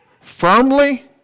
firmly